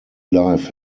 life